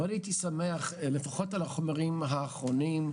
מאוד הייתי שמח לפחות על החומרים האחרונים,